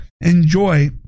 enjoy